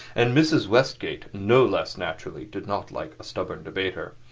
and mrs. westgate, no less naturally, did not like a stubborn debater.